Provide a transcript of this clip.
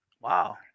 Wow